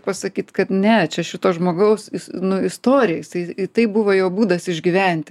pasakyti kad ne čia šito žmogaus nu istorija jisai tai buvo jo būdas išgyventi